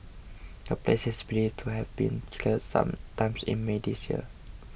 the place is believed to have been cleared some time in May this year